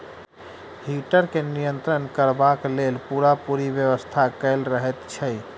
heater के नियंत्रण करबाक लेल पूरापूरी व्यवस्था कयल रहैत छै